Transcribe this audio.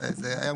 היום,